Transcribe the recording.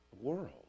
world